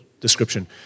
description